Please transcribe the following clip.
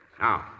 Now